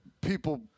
people –